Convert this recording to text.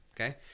Okay